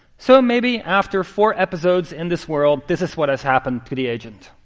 so maybe after four episodes in this world, this is what has happened to the agent.